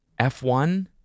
F1